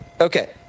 okay